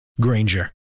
Granger